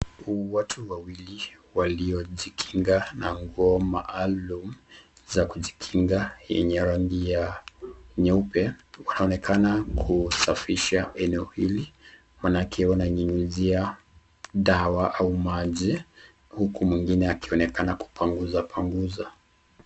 Watu wawili waliojikinga na nguo maalum za kujikinga yenye rangi ya nyeupe wanaonekana kusafisha eneo hili maanake wananyunyizia dawa au maji huku mwingine akionekana kupanguza panguza.